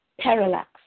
Parallax